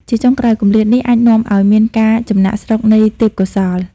ជាចុងក្រោយ គម្លាតនេះអាចនាំឱ្យមាន ការចំណាកស្រុកនៃទេពកោសល្យ។